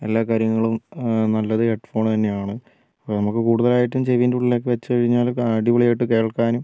എല്ലാ കാര്യങ്ങളും നല്ലത് ഹെഡ്ഫോൺ തന്നെയാണ് അപ്പോൾ നമുക്ക് കൂടുതലായിട്ട് ചെവിൻ്റെ ഉള്ളിൽ ഒക്കെ വെച്ച് കഴിഞ്ഞാൽ അടിപൊളിയായിട്ട് കേൾക്കാനും